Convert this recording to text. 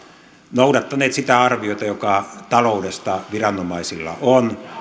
noudattaneet sitä arviota joka taloudesta viranomaisilla on